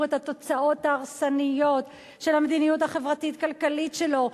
את התוצאות ההרסניות של המדיניות החברתית-הכלכלית שלו,